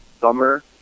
summer